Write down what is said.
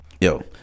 yo